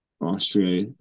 Austria